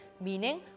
meaning